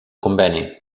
conveni